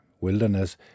wilderness